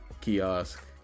Kiosk